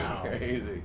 Crazy